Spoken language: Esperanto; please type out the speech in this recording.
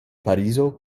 parizo